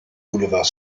boulevard